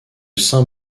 saint